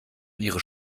ihre